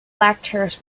lectures